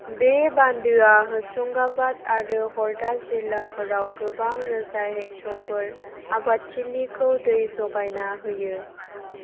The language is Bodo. बे बान्दोया होशंगाबाद आरो हरदा जिल्लाफोराव गोबां रोजा हेक्ट'रफोर आबादथिलिखौ दै जगायना होयो